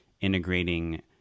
integrating